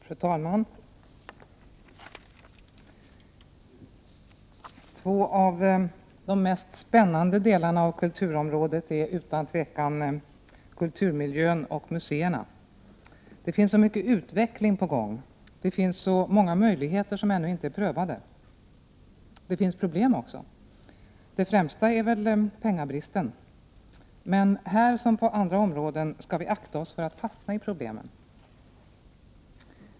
Fru talman! Två av de mest spännande delarna av kulturområdet är utan tvivel kulturmiljön och museerna. Det finns så mycket utveckling på gång, det finns så många möjligheter som ännu inte är prövade. Det finns problem också. Det främsta är väl pengabristen. Men här som på andra områden skall vi akta oss för att fastna i problemen.